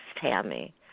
Tammy